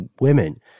women